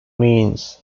means